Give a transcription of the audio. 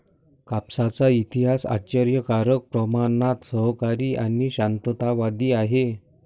कापसाचा इतिहास आश्चर्यकारक प्रमाणात सहकारी आणि शांततावादी आहे